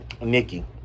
Nikki